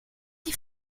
die